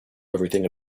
everything